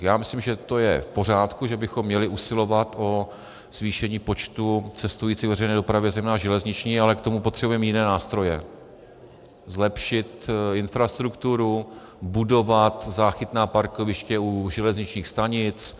Já myslím, že to je v pořádku, že bychom měli usilovat o zvýšení počtu cestujících ve veřejné dopravě, zejména železniční, ale k tomu potřebujeme jiné nástroje: zlepšit infrastrukturu, budovat záchytná parkoviště u železničních stanic.